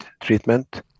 treatment